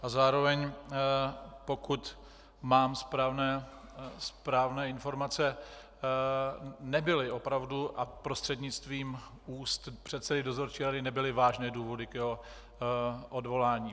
A zároveň, pokud mám správné informace, nebyly opravdu, a prostřednictvím úst předsedy dozorčí rady nebyly vážné důvody k jeho odvolání.